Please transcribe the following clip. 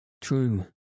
True